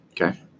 Okay